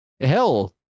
Hell